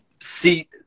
See